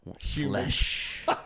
Flesh